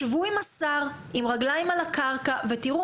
שבו עם השר עם רגליים על הקרקע ותראו